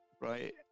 right